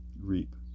reap